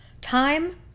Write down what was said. Time